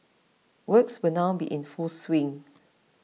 works will now be in full swing